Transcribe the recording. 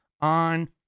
on